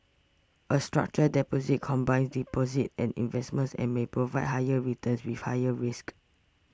a structured deposit combines deposits and investments and may provide higher returns with higher risks